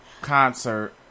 concert